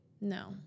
No